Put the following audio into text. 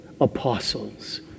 apostles